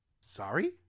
Sorry